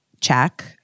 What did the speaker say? check